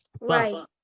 right